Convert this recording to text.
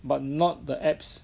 but not the apps